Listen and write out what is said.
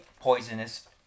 poisonous